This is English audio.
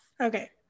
okay